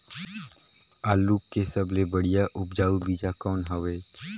आलू के सबले बढ़िया उपजाऊ बीजा कौन हवय?